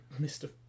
Mr